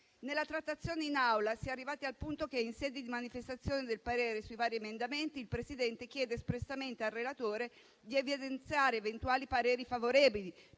Nella trattazione in Aula si è arrivati al punto che in sede di manifestazione del parere sui vari emendamenti, il Presidente chiede espressamente al relatore di evidenziare eventuali pareri favorevoli,